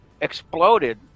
exploded